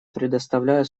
предоставляю